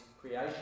creation